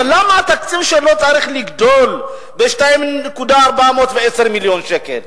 אבל למה התקציב שלו צריך לגדול ב-2.410 מיליון שקל?